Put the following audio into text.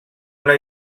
una